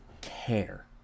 care